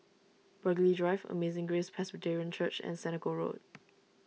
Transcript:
Burghley Drive Amazing Grace Presbyterian Church and Senoko Road